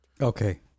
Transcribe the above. Okay